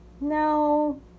No